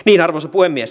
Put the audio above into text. arvoisa puhemies